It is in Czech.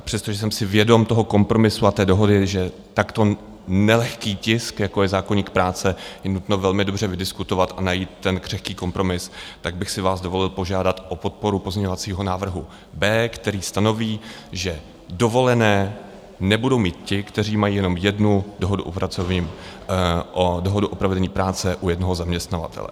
Přestože jsem si vědom toho kompromisu u té dohody, že takto nelehký tisk, jako je zákoník práce, je nutno velmi dobře vydiskutovat a najít ten křehký kompromis, tak bych si vás dovolil požádat o podporu pozměňovacího návrhu B, který stanoví, že dovolené nebudou mít ti, kteří mají jenom jednu dohodu o provedení práce u jednoho zaměstnavatele.